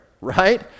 right